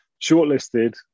shortlisted